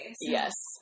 Yes